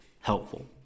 helpful